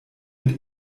mit